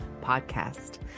podcast